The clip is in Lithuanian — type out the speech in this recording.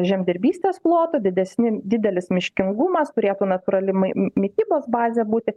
žemdirbystės ploto didesni didelis miškingumas turėtų natūrali mai mi mitybos bazė būti